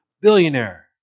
billionaire